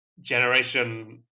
generation